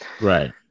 Right